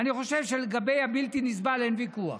ואני חושב שלגבי הבלתי-נסבל אין ויכוח.